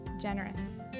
generous